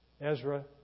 Ezra